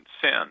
sin